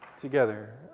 together